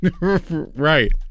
Right